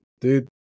dude